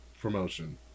promotion